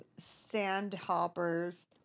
sandhoppers